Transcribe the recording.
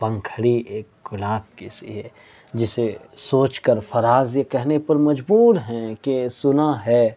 پنکھڑی ایک گلاب کی سی ہے جسے سوچ کر فراز یہ کہنے پر مجبور ہیں کہ سنا ہے